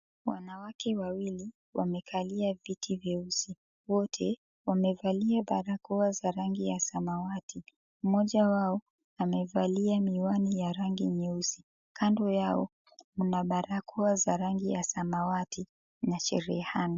Wanawake wawili wamekalia viti vyeusi. Wote wamevalia barakoa za rangi ya samawati. Mmoja wao amevalia miwani ya rangi nyeusi. Kando yao kuna barakoa za rangi ya samawati na cherehani.